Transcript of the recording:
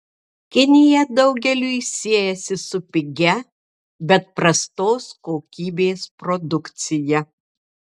kinija daugeliui siejasi su pigia bet prastos kokybės produkcija